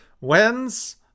wins